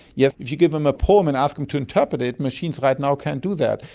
yeah if you give them a poem and ask them to interpret it, machines right now can't do that.